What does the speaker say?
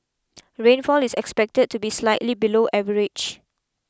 rainfall is expected to be slightly below average